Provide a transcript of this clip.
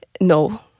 No